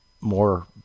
more